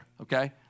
okay